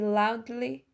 loudly